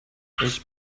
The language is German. ich